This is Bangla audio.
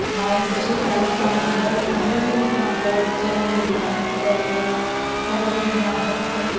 বাইরের দেশে খবর তো আমাদের দ্বারা সম্ভবই হতো না খবরের চ্যানেল যদি না থাকতো বা এই খবর যদি না থাকতো